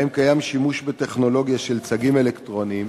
שבהן קיים שימוש בטכנולוגיה של צגים אלקטרוניים